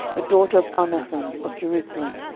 the daughter of elnathan of jerusalem.